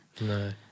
No